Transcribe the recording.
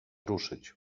ruszyć